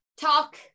talk